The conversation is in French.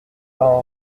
par